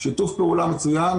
שיתוף פעולה מצוין,